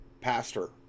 pastor